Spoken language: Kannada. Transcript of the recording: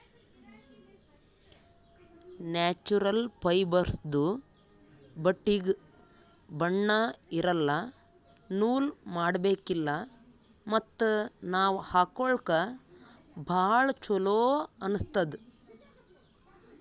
ನ್ಯಾಚುರಲ್ ಫೈಬರ್ಸ್ದು ಬಟ್ಟಿಗ್ ಬಣ್ಣಾ ಇರಲ್ಲ ನೂಲ್ ಮಾಡಬೇಕಿಲ್ಲ ಮತ್ತ್ ನಾವ್ ಹಾಕೊಳ್ಕ ಭಾಳ್ ಚೊಲೋ ಅನ್ನಸ್ತದ್